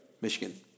Michigan